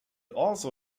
also